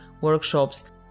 workshops